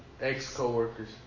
ex-co-workers